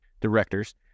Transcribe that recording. directors